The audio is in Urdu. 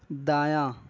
دایاں